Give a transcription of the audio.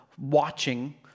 watching